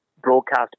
broadcast